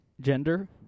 gender